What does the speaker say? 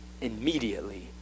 immediately